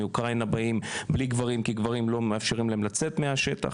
מאוקראינה באים בלי גברים כי לא מאפשרים לגברים לצאת מהשטח.